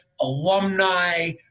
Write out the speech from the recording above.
alumni